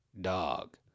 Dog